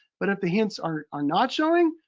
but if the hints are are not showing,